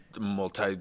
multi